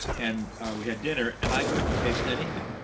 and we had dinner. and i couldn't taste anything.